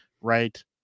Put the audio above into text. right